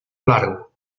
largo